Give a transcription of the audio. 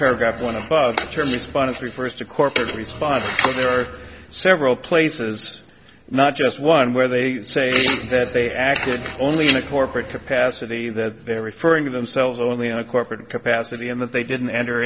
paragraph one of the term response refers to corpus response to there are several places not just one where they say that they acted only in a corporate capacity that they are referring to themselves only in a corporate capacity and that they didn't enter